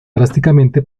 drásticamente